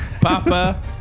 Papa